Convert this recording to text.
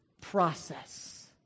process